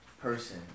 person